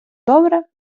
добре